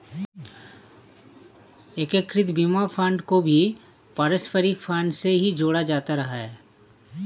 एकीकृत बीमा फंड को भी पारस्परिक फंड से ही जोड़ा जाता रहा है